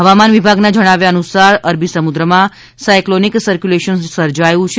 હવામાન વિભાગના જણાવ્યા અનુસાર અરબી સમુદ્રમાં સાયકલોનિક સરક્યુલેશન સર્જાયું છે